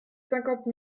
cinquante